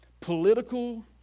political